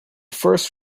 first